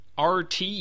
RT